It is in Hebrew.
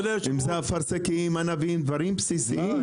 אם זה אפרסקים, ענבים, דברים בסיסיים.